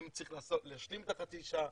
האם צריך להשלים את החצי שעה',